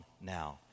now